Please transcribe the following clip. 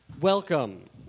Welcome